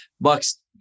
Buck's